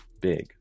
big